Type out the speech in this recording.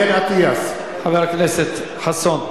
חבר הכנסת חסון.